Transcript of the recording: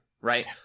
right